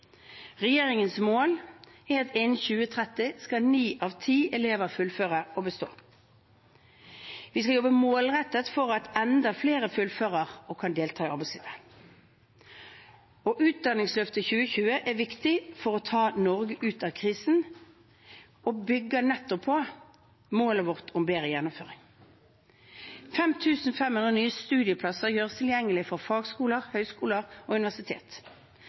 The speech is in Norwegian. Regjeringens mål er at innen 2030 skal ni av ti elever fullføre og bestå. Vi skal jobbe målrettet for at enda flere fullfører og kan delta i arbeidslivet. Utdanningsløftet 2020 er viktig for å ta Norge ut av krisen og bygger nettopp på målet vårt om bedre gjennomføring. 5 500 nye studieplasser gjøres tilgjengelig for fagskoler, høyskoler og universitet.